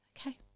okay